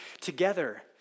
together